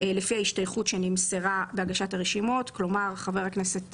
לפי ההשתייכות שנמסרה בהגשת הרשימות - חבר הכנסת